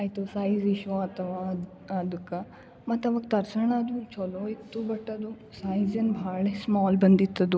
ಆಯಿತು size issue ಆಗ್ತವ ಅದು ಅದುಕ್ಕೆ ಮತ್ತವಾಗ ತರ್ಸೋಣ ಅಂದರು ಚಲೋ ಇತ್ತು ಬಟ್ ಅದು ಸೈಜಿನ ಭಾಳ ಸ್ಮಾಲ್ ಬಂದಿತ್ತದು